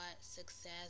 success